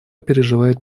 переживает